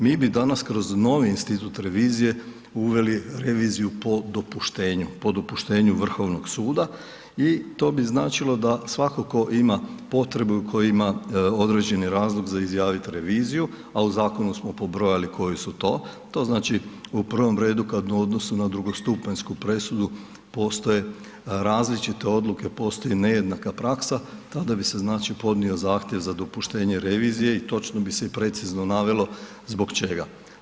Mi bi danas kroz novi institut revizije uveli reviziju po dopuštenju, po dopuštenju Vrhovnog suda i to bi značilo da svatko tko ima potrebu i tko ima određeni razlog za izjavit reviziju, a u zakonu smo pobrojali koji su to, to znači u prvom redu kad u odnosu na drugostupanjsku presudu postoje različite odluke, postoji nejednaka praksa, tada bi se znači podnio zahtjev za dopuštenje revizije i točno bi se i precizno navelo zbog čega.